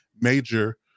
major